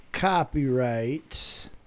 copyright